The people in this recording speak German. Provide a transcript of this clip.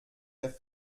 der